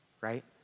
right